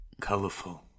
Colorful